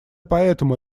поэтому